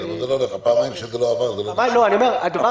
פעמיים שזה לא עבר --- אני מצטער.